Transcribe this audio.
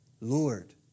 Lord